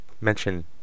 mention